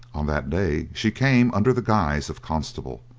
on that day she came under the guise of constable,